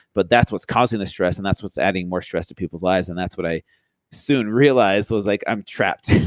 but that's what's causing the stress and that's what's adding more stress to people's lives and that's what i soon realized. i was like, i'm trapped.